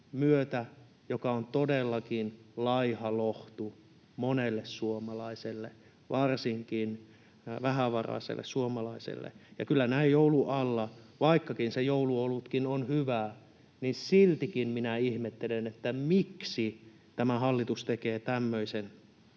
ja se on todellakin laiha lohtu monelle suomalaiselle, varsinkin vähävaraiselle suomalaiselle. Kyllä näin joulun alla — vaikkakin se jouluolutkin on hyvää, niin siltikin — minä ihmettelen, miksi tämä hallitus tekee tämmöisen